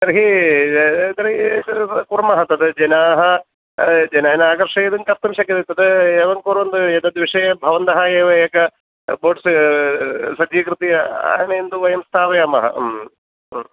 तर्हि तर्हि कुर्मः तद् जनाः जनान् आकर्षयितुं कर्तुं शक्यते तद् एवं कुर्वन्तु एतद्विषये भवन्तः एव एक बोर्ड्स् सज्जीकृत्य आनयन्तु वयं स्थापयामः